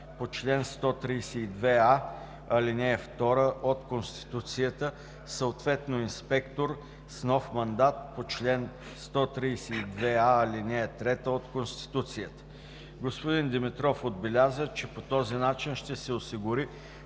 по чл. 132а, ал. 2 от Конституцията, съответно инспектор с нов мандат по чл. 132а, ал. 3 от Конституцията. Господин Димитров отбеляза, че по този начин ще се осигури